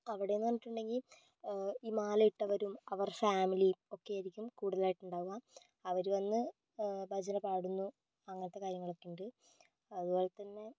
അവിടെയെന്നു പറഞ്ഞിട്ടുണ്ടെങ്കിൽ ഈ മാലയിട്ടവരും അവർ ഫാമിലി ഒക്കെയായിരിക്കും കൂടുതലായിട്ട് ഉണ്ടാവുക അവരു വന്ന് ഭജന പാടുന്നു അങ്ങനത്തെ കാര്യങ്ങൾ ഒക്കെയുണ്ട് അതുപോലെത്തന്നെ